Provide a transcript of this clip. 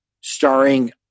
starring